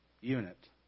unit